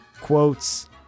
quotes